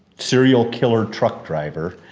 serial killer truck driver.